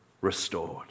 restored